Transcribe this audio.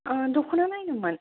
ओ दख'ना नायनोमोन